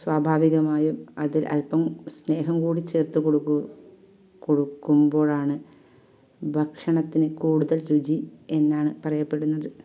സ്വാഭാവികമായും അതിൽ അൽപ്പം സ്നേഹം കൂടി ചേർത്ത് കൊടുക്കു കൊടുക്കുമ്പോഴാണ് ഭക്ഷണത്തിന് കൂടുതൽ രുചി എന്നാണ് പറയപ്പെടുന്നത്